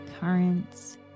currents